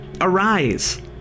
arise